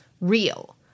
real